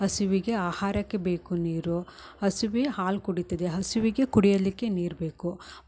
ಹಸುವಿಗೆ ಆಹಾರಕ್ಕೆ ಬೇಕು ನೀರು ಹಸುವೆ ಹಾಲು ಕುಡಿತಿದೆ ಹುಸುವಿಗೆ ಕುಡಿಯಲಿಕ್ಕೆ ನೀರು ಬೇಕು